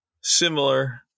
Similar